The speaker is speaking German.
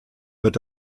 wird